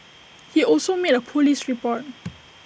he also made A Police report